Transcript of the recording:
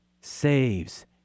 saves